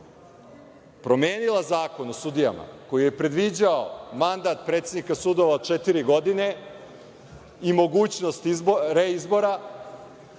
promenila Zakon o sudijama koji je predviđao mandat predsednika sudova od četiri godine i mogućnost reizbora